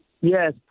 Yes